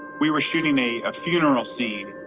we were shooting a a funeral scene.